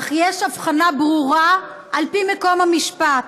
אך יש הבחנה ברורה על פי מקום המשפט.